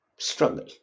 struggle